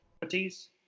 properties